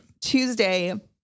Tuesday